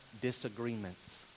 disagreements